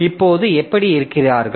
இப்போது எப்படி இருக்கிறார்கள்